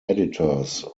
editors